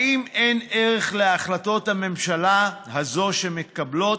האם אין ערך להחלטות הממשלה האלה שמתקבלות?